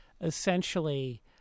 essentially